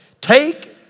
take